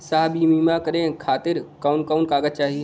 साहब इ बीमा करें खातिर कवन कवन कागज चाही?